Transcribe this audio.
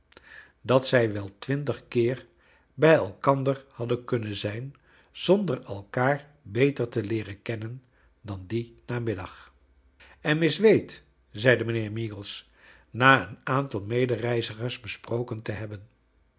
dat zij wel twintigkeer bij elkander hadden kunnen zijn zonder elkaar beter te leeren kennen dan dien namiddag en miss wade zeido mijnheer meagles na eon aantal medereizigers besproken te hebben